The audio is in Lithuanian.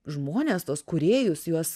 žmones tuos kūrėjus juos